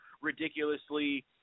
ridiculously